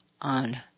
on